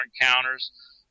encounters